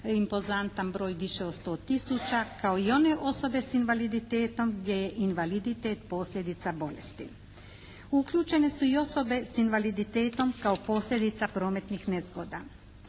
impozantan broj, više od 100 tisuća kao i one osobe s invaliditetom gdje je invaliditet posljedica bolesti. Uključene su i osobe s invaliditetom kao posljedica prometnih nezgoda.